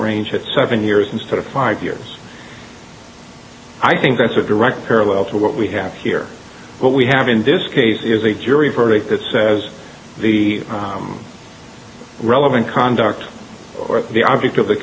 range of seven years instead of five years i think that's a direct parallel to what we have here what we have in this case is a jury verdict that says the relevant conduct or the object of the